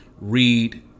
read